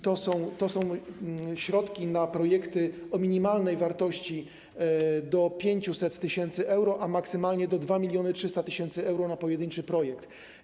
To są środki na projekty o minimalnej wartości do 500 tys. euro, a maksymalnie do 2300 tys. euro na pojedynczy projekt.